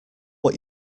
what